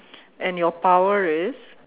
and your power is